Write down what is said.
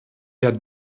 herrn